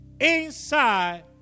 inside